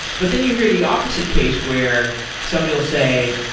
but then you hear the opposite case where somebody will say,